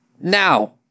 Now